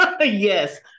Yes